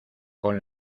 con